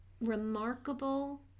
remarkable